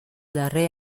darrer